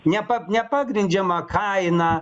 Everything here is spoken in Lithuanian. ne nepagrindžiama kaina